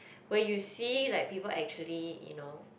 when you see like people actually you know